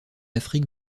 afrique